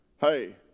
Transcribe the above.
Hey